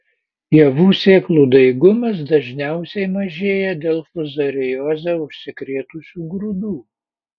javų sėklų daigumas dažniausiai mažėja dėl fuzarioze užsikrėtusių grūdų